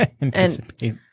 Anticipate